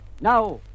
Now